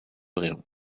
régent